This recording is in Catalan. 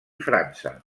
frança